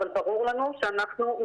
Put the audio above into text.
אבל ברור לנו שננגיש